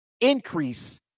increase